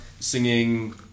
Singing